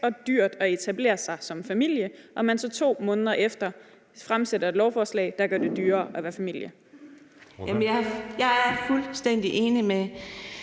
og dyrt at etablere sig som familie, og at man så 2 måneder efter fremsætter et lovforslag, der gør det dyrere at være familie. Kl. 10:19 Den fg.